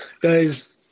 guys